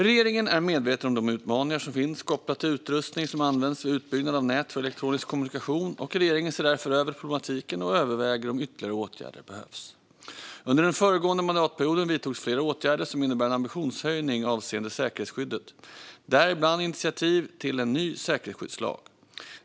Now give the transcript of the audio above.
Regeringen är medveten om de utmaningar som finns kopplat till utrustning som används vid utbyggnad av nät för elektronisk kommunikation, och regeringen ser därför över problematiken och överväger om ytterligare åtgärder behövs. Under den föregående mandatperioden vidtogs flera åtgärder som innebär en ambitionshöjning avseende säkerhetsskyddet, däribland initiativ till en ny säkerhetsskyddslag.